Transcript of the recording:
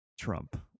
Trump